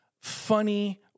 funny